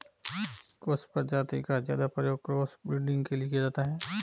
कुछ प्रजाति का ज्यादा प्रयोग क्रॉस ब्रीडिंग के लिए किया जाता है